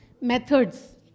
methods